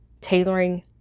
tailoring